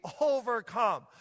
overcome